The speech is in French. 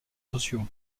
sociaux